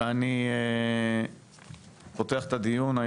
אני פותח את הדיון,